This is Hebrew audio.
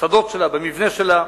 במוסדות שלה, במבנה שלה,